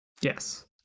Yes